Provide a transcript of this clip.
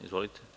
Izvolite.